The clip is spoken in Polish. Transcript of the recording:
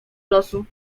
losu